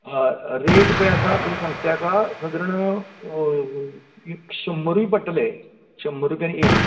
हय रॅट पळय आसा तुमी सांगता तेका साधरण एक शंबरय पडटले शंंबर रुपयान एक